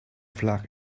flag